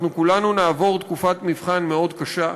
אנחנו כולנו נעבור תקופת מבחן מאוד קשה.